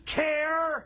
care